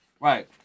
Right